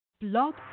Blog